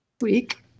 week